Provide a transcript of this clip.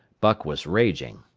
buck was raging.